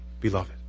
beloved